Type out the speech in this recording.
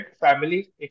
Family